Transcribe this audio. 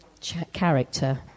character